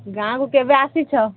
ଗାଁକୁ କେବେ ଆସିଛ